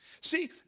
See